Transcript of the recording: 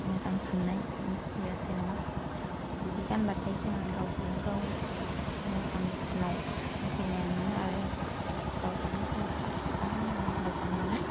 मोजां सान्नाय लुबैयो जेनेबा बिदि गानबाथाय जोङो गावखौनो गाव मोजांसिनाव फैनाय मोनो आरो गावखौनो गाव साबगा हामगा मोजां मोनो